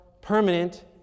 permanent